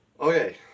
Okay